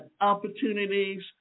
opportunities